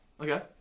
Okay